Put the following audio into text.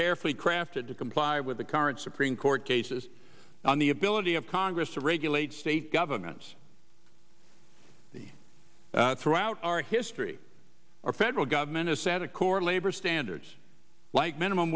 carefully crafted to comply with the current supreme court cases on the ability of congress to regulate state governments the throughout our history our federal government has set a core labor standards like minimum